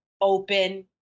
open